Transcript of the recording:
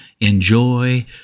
enjoy